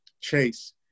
chase